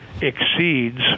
exceeds